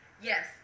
Yes